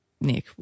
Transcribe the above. Nick